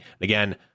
again